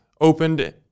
opened